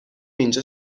اینجا